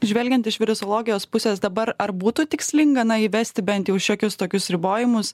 žvelgiant iš virusologijos pusės dabar ar būtų tikslinga na įvesti bent jau šiokius tokius ribojimus